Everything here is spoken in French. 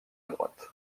droite